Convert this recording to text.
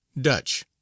Dutch